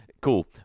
Cool